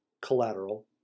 collateral